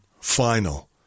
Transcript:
final